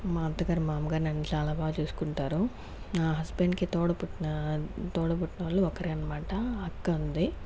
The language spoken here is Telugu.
మా అత్తగారు మామగారు నన్ను చాలా బాగా చూసుకుంటారు నా హస్బెండ్ కి తోడబుట్టున తొడబుట్టినోళ్లు ఒక్కరే అనమాట అక్కుంది